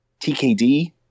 TKD